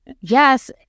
yes